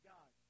God